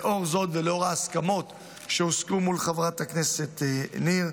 לאור זאת ולאור ההסכמות שהושגו מול חברת הכנסת ניר,